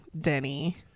Denny